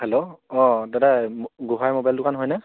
hello অ' দাদা মো গোঁহাই মোবাইল দোকান হয়নে